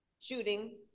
shooting